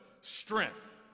strength